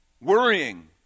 worrying